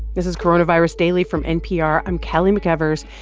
this is coronavirus daily from npr. i'm kelly mcevers.